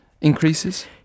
increases